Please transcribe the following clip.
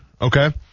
okay